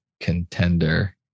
contender